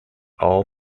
all